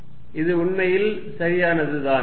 ஆம் இது உண்மையில் சரியானது தான்